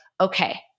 okay